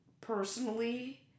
personally